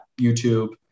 YouTube—